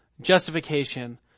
justification